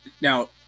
Now